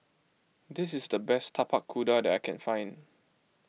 this is the best Tapak Kuda that I can find